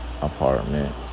apartment